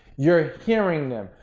you're hearing them,